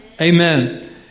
amen